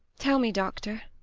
tell me, doctor,